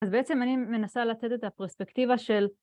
אז בעצם אני מנסה לתת את הפרוספקטיבה של...